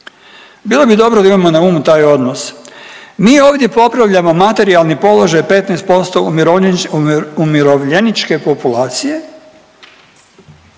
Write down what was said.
Bilo bi dobro da imamo na umu taj odnos. Mi ovdje popravljamo materijalni položaj 15% umirovljeničke populacije,